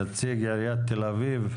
נציג עיריית תל-אביב,